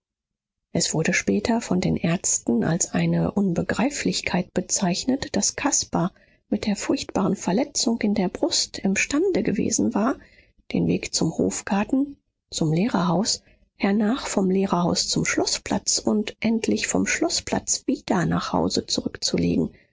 es wurde später von den ärzten als eine unbegreiflichkeit bezeichnet daß caspar mit der furchtbaren verletzung in der brust imstande gewesen war den weg vom hofgarten zum lehrerhaus hernach vom lehrerhaus zum schloßplatz und endlich vom schloßplatz wieder nach hause zurückzulegen